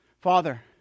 Father